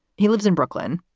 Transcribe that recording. he lives in brooklyn,